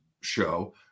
show